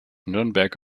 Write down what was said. nürnberg